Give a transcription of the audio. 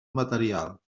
material